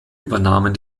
übernahmen